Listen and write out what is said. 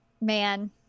Man